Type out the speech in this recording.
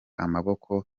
amaboko